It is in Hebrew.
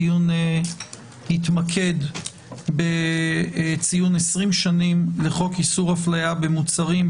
הדיון יתמקד בציון 20 שנים לחוק איסור הפליה במוצרים,